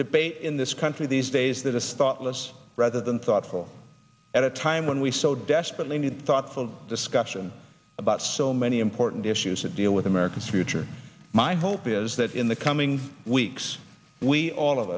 debate in this country these days that a spotless rather than thoughtful at a time when we so desperately need thoughtful discussion about so many important issues to deal with america's future my hope is that in the coming weeks we all of